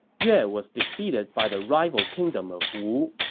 yeah was defeated by the rival kingdom of wu,